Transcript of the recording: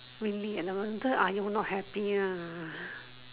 really ah no wonder ah you not happy ah